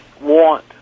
want